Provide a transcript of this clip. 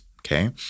okay